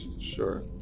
Sure